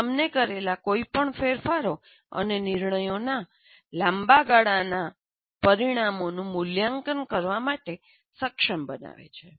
આ તમને કરેલા કોઈપણ ફેરફારો અને નિર્ણયોના લાંબા ગાળાના પરિણામોનું મૂલ્યાંકન કરવા માટે સક્ષમ બનાવે છે